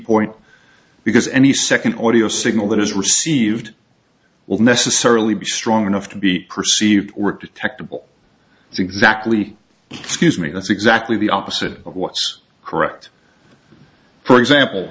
point because any second audio signal that is received will necessarily be strong enough to be perceived were detectable exactly scuse me that's exactly the opposite of what's correct for example